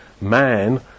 man